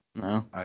No